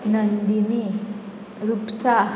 Nandini Rupsa